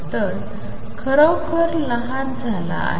तर तो खरोखर लहान झाला आहे